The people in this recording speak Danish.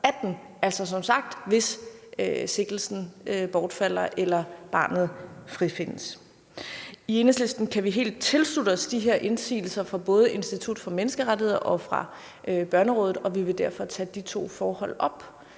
hvis sigtelsen som sagt bortfalder eller barnet frifindes. I Enhedslisten kan vi helt tilslutte os de her indsigelser fra både Institut for Menneskerettigheder og fra Børnerådet, og vi vil derfor tage de to forhold op